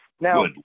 Now